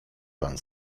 pan